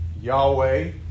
Yahweh